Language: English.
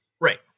Right